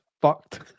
fucked